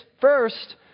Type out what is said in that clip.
First